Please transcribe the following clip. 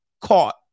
caught